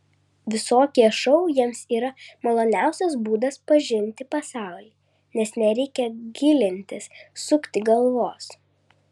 visokie šou jiems yra maloniausias būdas pažinti pasaulį nes nereikia gilintis sukti galvos